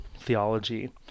theology